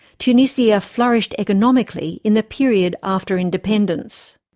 tunisia yeah flourished economically in the period after independence.